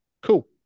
Cool